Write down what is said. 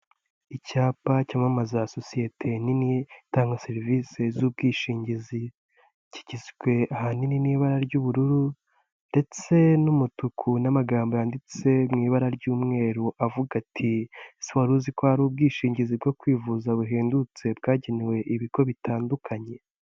Icyapa cyamamaza sosiyete nini itanga serivisi z'ubwishingizi, kigizwe ahanini n'ibara ry'ubururu ndetse n'umutuku n'amagambo yanditse mu ibara ry'umweru, avuga ati "ese wari uzi ko hari ubwishingizi bwo kwivuza buhendutse bwagenewe ibigo bitandukanye?